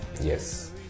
yes